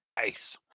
Nice